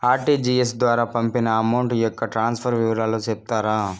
RTGS ద్వారా పంపిన amount యొక్క ట్రాన్స్ఫర్ వివరాలు సెప్తారా